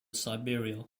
siberia